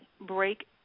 break